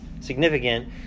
significant